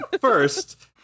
first